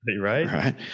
Right